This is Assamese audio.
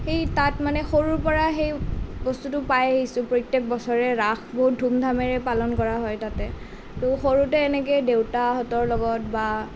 সেই তাত মানে সৰুৰ পৰা সেই বস্তুটো পাই আহিছোঁ প্ৰত্যেক বছৰে ৰাস বহুত ধুমধামেৰে পালন কৰা হয় তাতে তো সৰুতে এনেকে দেউতাহঁতৰ লগত বা